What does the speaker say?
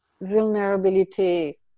vulnerability